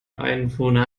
einwohner